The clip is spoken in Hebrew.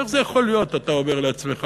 איך זה יכול להיות, אתה אומר לעצמך.